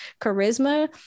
charisma